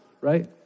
right